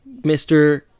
Mr